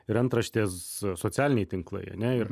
ir antraštės socialiniai tinklai ane ir